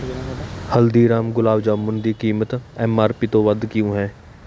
ਹਲਦੀਰਾਮਸ ਗੁਲਾਬ ਜਾਮੁਨ ਦੀ ਕੀਮਤ M R P ਤੋਂ ਵੱਧ ਕਿਉਂ ਹੈ